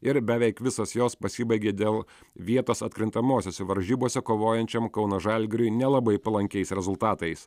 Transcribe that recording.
ir beveik visos jos pasibaigė dėl vietos atkrintamosiose varžybose kovojančiam kauno žalgiriui nelabai palankiais rezultatais